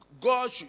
God